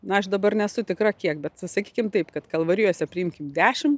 na aš dabar nesu tikra kiek bet sakykim taip kad kalvarijose priimkim dešim